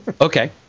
Okay